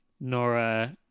Nora